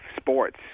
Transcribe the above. sports